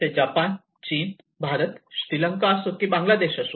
ते जपान चीन भारत की श्रीलंका असो की बांगलादेश असो